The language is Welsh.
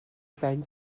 ben